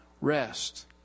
rest